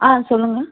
ஆ சொல்லுங்கள்